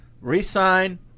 Re-sign